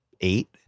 eight